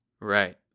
Right